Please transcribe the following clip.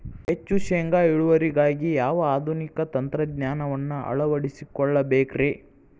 ಹೆಚ್ಚು ಶೇಂಗಾ ಇಳುವರಿಗಾಗಿ ಯಾವ ಆಧುನಿಕ ತಂತ್ರಜ್ಞಾನವನ್ನ ಅಳವಡಿಸಿಕೊಳ್ಳಬೇಕರೇ?